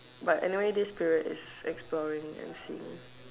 but anyway this period is exploring and seeing